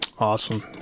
Awesome